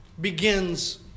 begins